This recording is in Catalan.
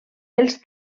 els